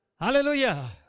Hallelujah